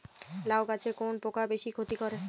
লাউ গাছে কোন পোকা বেশি ক্ষতি করে?